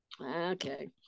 okay